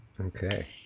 Okay